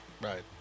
Right